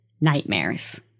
nightmares